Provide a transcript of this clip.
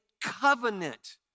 covenant